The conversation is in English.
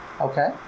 Okay